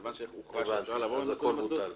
מכיוון שהוכרע שאפשר לעבור ממסלול למסלול,